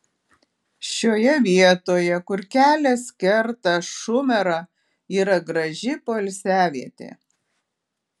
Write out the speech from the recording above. šioje vietoje kur kelias kerta šumerą yra graži poilsiavietė